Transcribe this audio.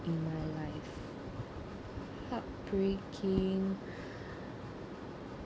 in my life heartbreaking